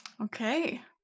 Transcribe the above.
Okay